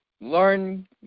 learn